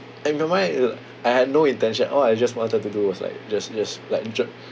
in my mind it like I had no intention all I just wanted to do was like just just like j~